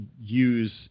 use